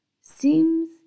Seems